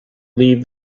leave